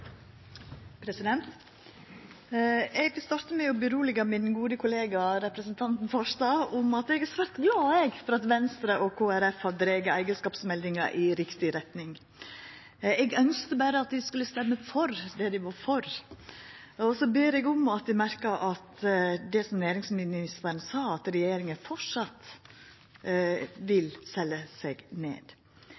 Eg vil starta med å roa den gode kollegaen min representanten Farstad med at eg er rett glad, eg, for at Venstre og Kristeleg Folkeparti har drege eigarskapsmeldinga i riktig retning. Eg ønskte berre at dei ville røysta for det dei var for. Og så ber eg om at dei merkar seg det som næringsministeren sa, at regjeringa framleis vil